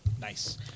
Nice